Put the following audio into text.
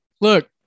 Look